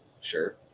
Sure